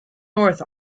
north